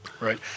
Right